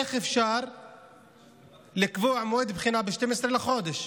איך אפשר לקבוע מועד בחינה ב-12 בחודש?